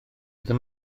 ddim